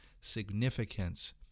significance